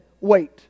wait